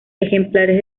ejemplares